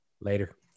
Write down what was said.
Later